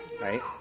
right